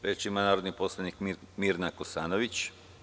Reč ima narodni poslanik Mirna Kosanović.